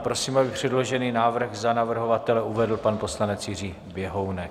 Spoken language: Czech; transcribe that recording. Prosím, aby předložený návrh za navrhovatele uvedl pan poslanec Jiří Běhounek.